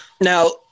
Now